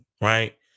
right